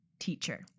Teacher